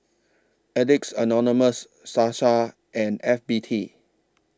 Addicts Anonymous Sasa and F B T